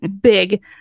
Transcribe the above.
big